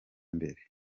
imbere